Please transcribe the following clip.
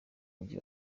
mujyi